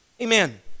amen